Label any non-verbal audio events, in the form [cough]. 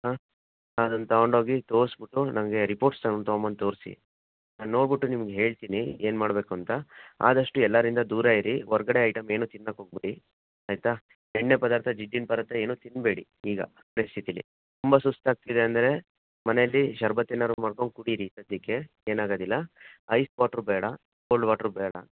ಹಾಂ ಅದನ್ನು ತಗೋಂಡೋಗಿ ತೋರಿಸ್ಬಿಟ್ಟು ನನಗೇ ರಿಪೋರ್ಟ್ಸ್ ತಗೊಂ ತಗೋಂಬಂದ್ ತೋರಿಸಿ ಹಾಂ ನೋಡ್ಬಿಟ್ಟು ನಿಮ್ಗೆ ಹೇಳ್ತೀನಿ ಏನು ಮಾಡಬೇಕು ಅಂತ ಆದಷ್ಟು ಎಲ್ಲರಿಂದ ದೂರ ಇರಿ ಹೊರ್ಗಡೆ ಐಟಮ್ ಏನೂ ತಿನ್ನೋಕ್ ಹೋಗ್ಬೆಡಿ ಆಯಿತಾ ಎಣ್ಣೆ ಪದಾರ್ಥ ಜಿಡ್ಡಿನ ಪದಾರ್ಥ ಏನೂ ತಿನ್ನಬೇಡಿ ಈಗ [unintelligible] ತುಂಬ ಸುಸ್ತು ಆಗ್ತಿದೆ ಅಂದರೆ ಮನೆಯಲ್ಲಿ ಶರ್ಬತ್ತು ಏನಾದ್ರು ಮಾಡ್ಕೊಡು ಕುಡೀರಿ ಸಧ್ಯಕ್ಕೆ ಏನಾಗೋದಿಲ್ಲ ಐಸ್ ವಾಟ್ರ್ ಬೇಡ ಕೋಲ್ಡ್ ವಾಟ್ರ್ ಬೇಡ